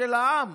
של העם,